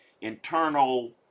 internal